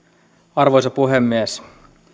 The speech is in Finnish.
arvoisa puhemies